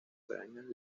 granjas